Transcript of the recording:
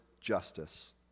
justice